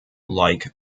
like